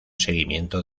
seguimiento